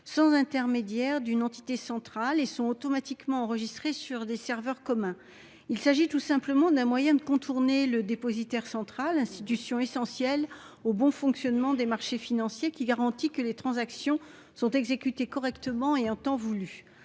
sans intermédiaire d'une entité centrale et sont automatiquement enregistrées sur des serveurs commun. Il s'agit tout simplement d'un moyen de contourner le dépositaire central institution essentielle au bon fonctionnement des marchés financiers qui garantit que les transactions sont exécutés correctement et en temps voulu.